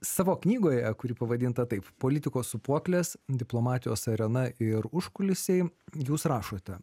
savo knygoje kuri pavadinta taip politikos sūpuoklės diplomatijos arena ir užkulisiai jūs rašote